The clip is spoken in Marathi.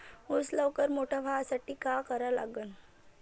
ऊस लवकर मोठा व्हासाठी का करा लागन?